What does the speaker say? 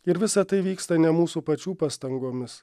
ir visa tai vyksta ne mūsų pačių pastangomis